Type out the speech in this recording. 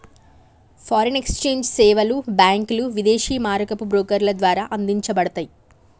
foreign exchange సేవలు బ్యాంకులు, విదేశీ మారకపు బ్రోకర్ల ద్వారా అందించబడతయ్